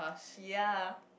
ya